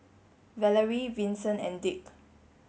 Valarie Vinson and Dick